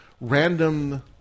random